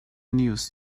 news